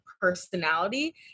personality